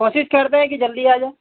کوشش کرتے ہیں کہ جلدی آ جائیں